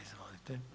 Izvolite.